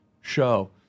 show